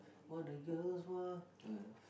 what a girl wants